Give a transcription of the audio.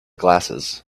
glasses